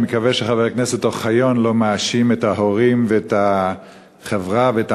אני מקווה שחבר הכנסת אוחיון לא מאשים את ההורים ואת החברה ואת